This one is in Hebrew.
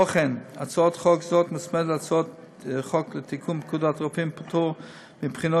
הצעת חוק זאת מוצמדת להצעות חוק לתיקון פקודת הרופאים (פטור מבחינות